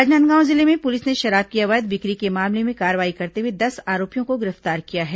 राजनांदगांव जिले में पुलिस ने शराब की अवैध बिक्री के मामले में कार्रवाई करते हुए दस आरोपियों को गिरफ्तार किया है